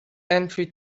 entry